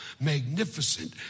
magnificent